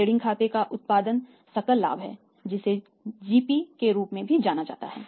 trading खाते का उत्पादन सकल लाभ है जिसे जीपी के रूप में भी जाना जाता है